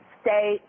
stay